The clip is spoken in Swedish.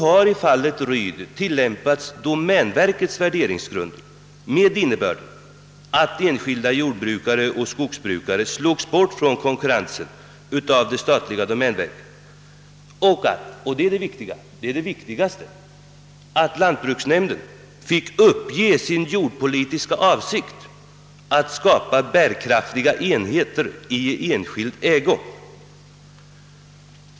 I fallet Ryd tillämpades då domänverkets värderingsgrund, vilket hade till resultat att enskilda jordbrukare och skogsbrukare slogs bort ur konkurrensen av det statliga domänverket och att — det är det viktigaste — lantbruksnämnden fick uppge sin jordpolitiska avsikt att skapa bärkraftiga enheter i enskild ägo.